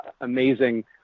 amazing